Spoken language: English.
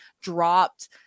dropped